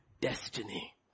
destiny